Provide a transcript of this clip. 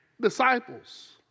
disciples